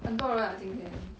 很多人啊今天